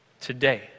Today